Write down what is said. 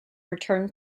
returned